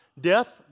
Death